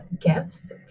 gifts